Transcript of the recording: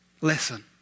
Listen